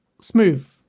smooth